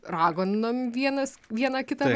raganom vienas viena kitą